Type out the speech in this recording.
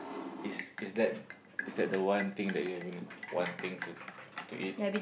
is is that is that the one thing that you've been wanting to to eat